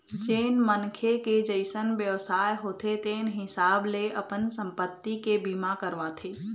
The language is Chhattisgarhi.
जेन मनखे के जइसन बेवसाय होथे तेन हिसाब ले अपन संपत्ति के बीमा करवाथे